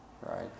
right